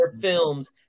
films